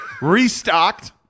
restocked